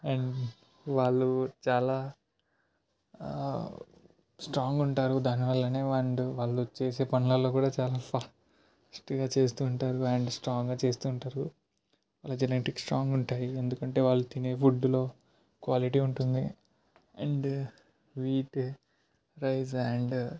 and వాళ్ళు చాలా strong ఉంటారు దానివల్లనే అండ్ వాళ్ళు చేసే పనులలో కూడా చాలా ఫాస్ట్గా చేస్తుంటారు అండ్ స్ట్రాంగ్గా చేస్తుంటారు వాళ్ళ జెనెటిక్స్ స్ట్రాంగ్గా ఉంటుంది ఎందుకంటే వాళ్ళు తినే ఫుడ్లో క్వాలిటీ ఉంటుంది అండ్ వీట్ రైస్ అండ్